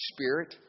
Spirit